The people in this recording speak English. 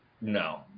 No